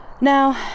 Now